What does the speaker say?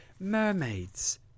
Mermaids